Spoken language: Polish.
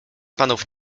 panów